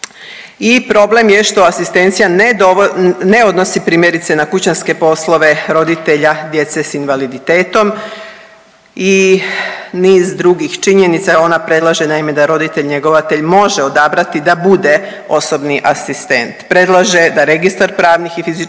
I problem je što asistencija ne odnosi primjerice na kućanske poslove roditelja djece sa invaliditetom i niz drugih činjenica. Ona predlaže naime da roditelj-njegovatelj može odabrati da bude osobni asistent. Predlaže da registar pravnih i fizičkih